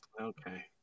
Okay